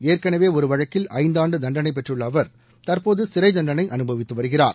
ஏற்கனவே ஒரு வழக்கில் ஐந்தாண்டு தண்டனை பெற்றுள்ள அவர் தற்போது சிறை தண்டனை அனுபவித்து வருகிறார்